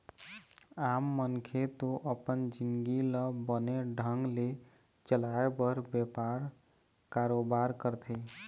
आम मनखे तो अपन जिंनगी ल बने ढंग ले चलाय बर बेपार, कारोबार करथे